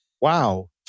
wow